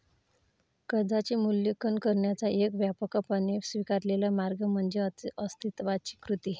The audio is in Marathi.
कर्जाचे मूल्यांकन करण्याचा एक व्यापकपणे स्वीकारलेला मार्ग म्हणजे अस्तित्वाची कृती